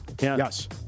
Yes